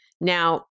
Now